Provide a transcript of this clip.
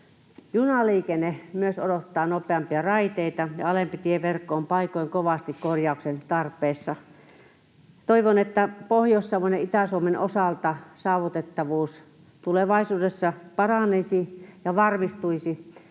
junaliikenne odottaa nopeampia raiteita, ja alempi tieverkko on paikoin kovasti korjauksen tarpeessa. Toivon, että Pohjois-Savon ja Itä-Suomen osalta saavutettavuus tulevaisuudessa paranisi ja varmistuisi,